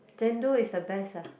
Chendol is the best ah